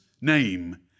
name